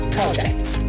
Projects